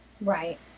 Right